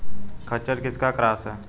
खच्चर किसका क्रास है?